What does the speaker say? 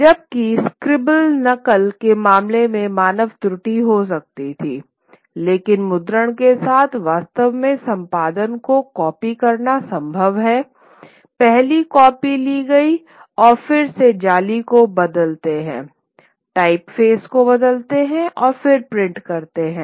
जबकि स्क्रिबल नकल के मामले में मानव त्रुटि हो सकती है लेकिन मुद्रण के साथ वास्तव में संपादन को कॉपी करना संभव है पहली कॉपी ली गई है और फिर वे जाली को बदलते हैं टाइपफेस को बदलते हैं और फिर प्रिंट करते हैं